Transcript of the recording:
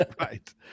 Right